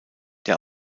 der